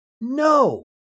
No